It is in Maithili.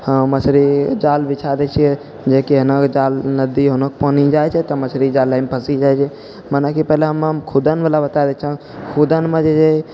हाँ मछरी जाल बिछा दै छिए जे कहनो कऽ जाल पानी नदी होन्नेके जाइ छै तऽ खुदै फँसि जाइ छै मने कि पहिले हम खुदनवला बता दै छिअ खुदनमे जे